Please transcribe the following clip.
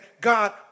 God